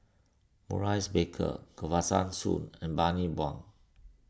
Maurice Baker Kesavan Soon and Bani Buang